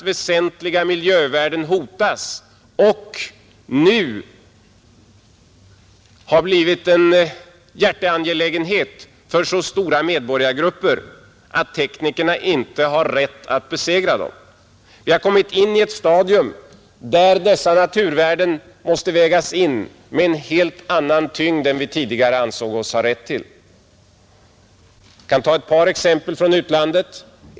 Väsentliga miljövärden hotas, och nu har de blivit en hjärteangelägenhet för så stora medborgargrupper att teknikerna inte har rätt att besegra dem. Vi har kommit in i ett stadium där dessa naturvärden måste vägas in med en helt annan tyngd än vi tidigare ansåg oss ha rätt till. Vi kan ta ett par exempel från utlandet.